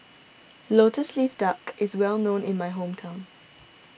Lotus Leaf Duck is well known in my hometown